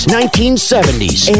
1970s